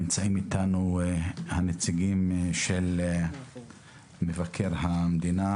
נמצאים אתנו נציגים של משרד מבקר המדינה,